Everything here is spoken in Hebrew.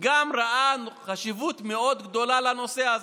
במדינה ראה חשיבות מאוד גדולה בנושא הזה.